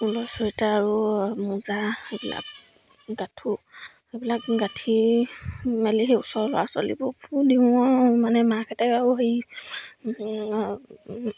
ঊলৰ চুৱেটাৰ আৰু মোজা এইবিলাক গাঁঠো সেইবিলাক গাঁঠি মেলি সেই ওচৰ ল'ৰা ছোৱালীবোৰকো দিওঁ মানে মাকহঁতে আৰু সেই